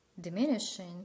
diminishing